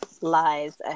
lies